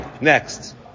Next